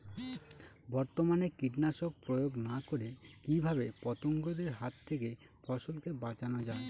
বর্তমানে কীটনাশক প্রয়োগ না করে কিভাবে পতঙ্গদের হাত থেকে ফসলকে বাঁচানো যায়?